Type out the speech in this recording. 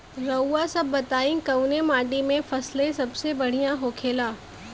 रउआ सभ बताई कवने माटी में फसले सबसे बढ़ियां होखेला?